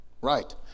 Right